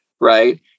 right